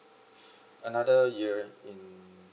another year in